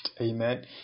Amen